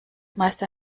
meiste